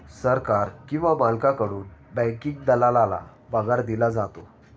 सरकार किंवा मालकाकडून बँकिंग दलालाला पगार दिला जातो